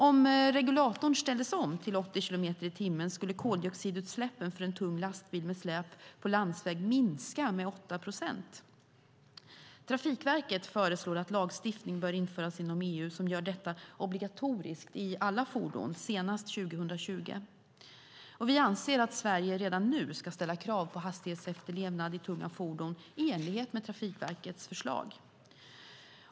Om regulatorn ställdes om till 80 kilometer i timmen skulle koldioxidutsläppen för en tung lastbil med släp på landsväg minska med 8 procent. Trafikverket föreslår att lagstiftning bör införas inom EU som gör detta obligatoriskt i alla fordon senast 2020. Vi anser att Sverige redan nu ska ställa krav på hastighetsefterlevnad i tunga fordon i enlighet med Trafikverkets förslag.